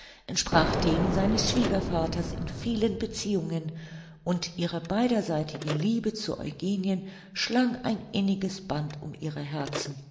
entsprach dem seines schwiegervaters in vielen beziehungen und ihre beiderseitige liebe zu eugenien schlang ein inniges band um ihre herzen